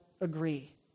agree